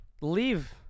Leave